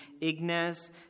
Ignaz